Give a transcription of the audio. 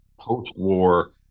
post-war